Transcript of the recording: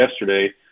yesterday